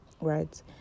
right